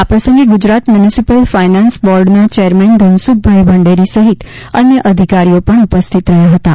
આ પ્રસંગે Gujarat municipal finance બોર્ડના ચેરમેન ધનસુખભાઇ ભંડેરી સહિત અન્ય અધિકારીઓ પણ ઉપસ્થિત રહ્યાં હતાં